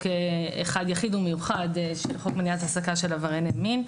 אחד יחיד ומיוחד של חוק מניעת העסקה של עברייני מין,